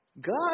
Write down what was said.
God